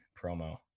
promo